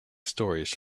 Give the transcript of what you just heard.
stories